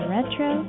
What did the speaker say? Retro